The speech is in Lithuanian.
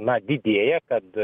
na didėja kad